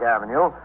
Avenue